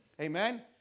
Amen